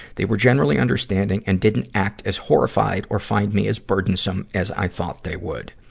they were generally understanding and didn't act as horrified or find me as burdensome as i thought they would.